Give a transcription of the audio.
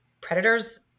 predators